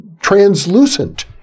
translucent